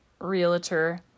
realtor